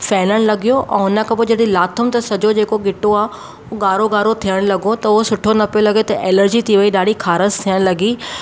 फैलनि लॻियो ऐं हुन खां पोइ जॾहिं लाथमि त सॼो जेको ॻिटो आहे हू ॻाढ़ो ॻाढ़ो थियणु लॻो त उहो सुठो न पियो लॻे त एलर्जी थी वई ॾाढी खारिसु थियणु लॻी